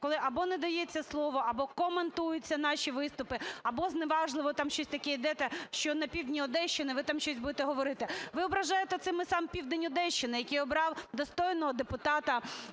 коли або не дається слово, або коментуються наші виступи, або зневажливо там щось таке, що на півдні Одещини ви там щось будете говорити. Ви ображаєте цим сам південь Одещини, який обрав достойного депутата,